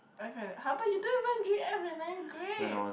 F and [huh] but you don't even drink F and N grape